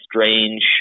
strange